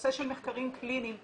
נושא של מחקרים קליניים,